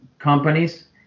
Companies